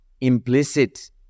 implicit